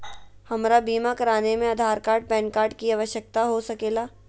हमरा बीमा कराने में आधार कार्ड पैन कार्ड की आवश्यकता हो सके ला?